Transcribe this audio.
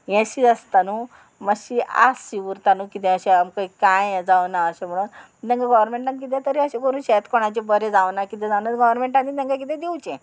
हेंचशें आसता न्हू मातशी आस शी उरता न्हू किदें अशें आमकां कांय हें जावना अशें म्हणून पूण तांकां गव्हरमेंटान किदें तरी अशें करून शेत कोणाचें बरें जावना कितें जावना गोरमेंटानी तांकां कितें दिवचें